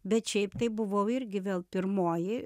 bet šiaip tai buvau irgi vėl pirmoji